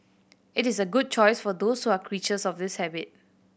it is a good choice for those who are creatures of this habit